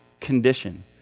condition